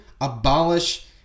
abolish